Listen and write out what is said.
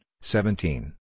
seventeen